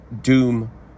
Doom